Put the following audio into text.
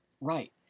Right